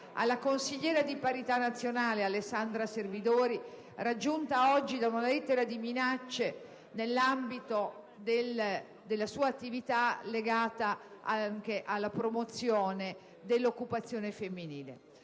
alla consigliera nazionale di parità Alessandra Servidori, raggiunta oggi da una lettera di minacce nell'ambito della sua attività, legata anche alla promozione dell'occupazione femminile.